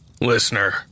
Listener